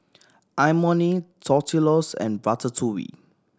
Imoni Tortillas and Ratatouille